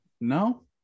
No